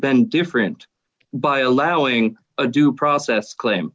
been different by allowing a due process claim